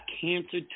cancer